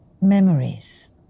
memories